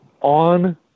on